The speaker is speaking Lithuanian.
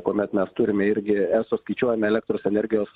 kuomet mes turime irgi eso skaičiuojam elektros energijos